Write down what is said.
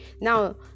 now